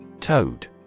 Toad